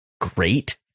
great